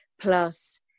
plus